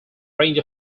range